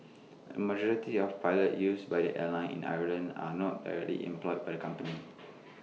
A majority of pilots used by the airline in Ireland are not directly employed by the company